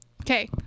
Okay